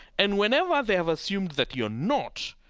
and whenever they have assumed that you're not,